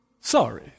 Sorry